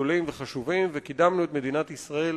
תודה רבה.